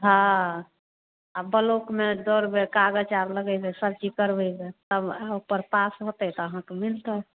हा आ बलौक में दौरबै काग़ज़ और लगेबे सब चीज़ करबै ग तब आ ऊपर पास होते तो वहाँ का मिलतै